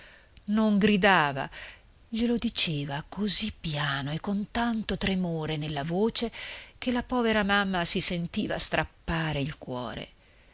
non gridava glielo diceva così piano e con tanto tremore nella voce che la povera mamma si sentiva strappare il cuore